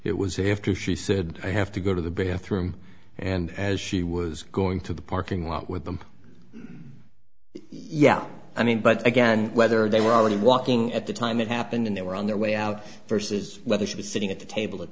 here after she said i have to go to the bathroom and as she was going to the parking lot with them yeah i mean but again whether they were already walking at the time it happened and they were on their way out versus whether she was sitting at the table at